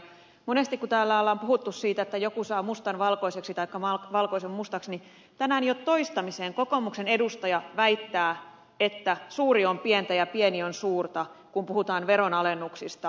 monesti kun täällä on puhuttu siitä että joku saa mustan valkoiseksi taikka valkoisen mustaksi niin tänään jo toistamiseen kokoomuksen edustaja väittää että suuri on pientä ja pieni on suurta kun puhutaan veronalennuksista